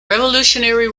revolutionary